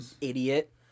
idiot